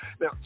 Now